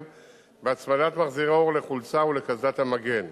והצמדת מחזירי אור לחולצה ולקסדת המגן.